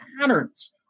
patterns